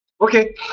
Okay